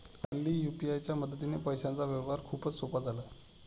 हल्ली यू.पी.आय च्या मदतीने पैशांचा व्यवहार खूपच सोपा झाला आहे